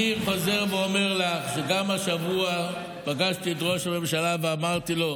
אני חוזר ואומר לך שגם השבוע פגשתי את ראש הממשלה ואמרתי לו: